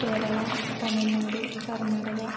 Kerala Tamil Nadu Karnataka